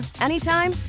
anytime